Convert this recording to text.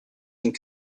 and